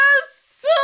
Yes